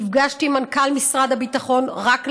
נפגשתי עם מנכ"ל משרד הביטחון רק לאחרונה,